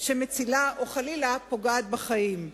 שמצילה או שחלילה פוגעת בחיים.